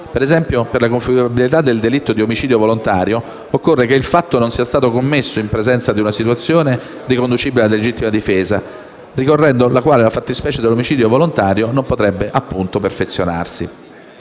Ad esempio, per la configurabilità del delitto di omicidio volontario, occorre che il fatto non sia stato commesso in presenza di una situazione riconducibile alla legittima difesa, ricorrendo la quale la fattispecie dell'omicidio volontario non può appunto perfezionarsi.